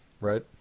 Right